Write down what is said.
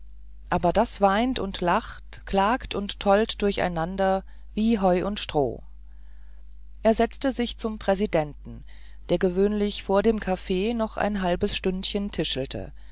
aber das weint und lacht klagt und tollt durcheinander wie heu und stroh er setzte sich zum präsidenten der gewöhnlich vor dem kaffee noch ein halbes stündchen tischelte